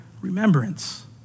remembrance